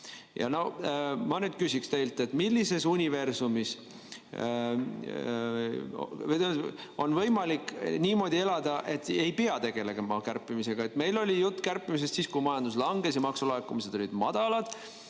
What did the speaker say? Ma nüüd küsin teilt, millises universumis on võimalik niimoodi elada, et ei pea tegelema kärpimisega. Meil oli juttu kärpimisest siis, kui majandus langes ja maksulaekumised olid madalad,